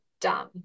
done